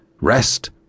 rest